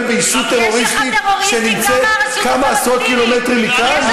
בישות טרוריסטית שהיא כמה עשרות קילומטרים מכאן?